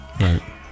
Right